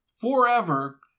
forever